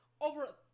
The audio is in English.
Over